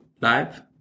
Live